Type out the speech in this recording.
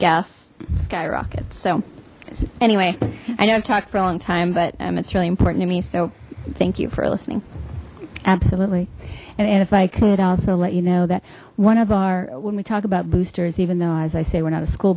gas skyrockets so anyway i know i've talked for a long time but it's really important to me so thank you for listening absolutely and and if i could also let you know that one of our when we talk about boosters even though as i say we're not a school